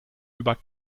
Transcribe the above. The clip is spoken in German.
über